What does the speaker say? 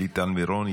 שלי טל מירון,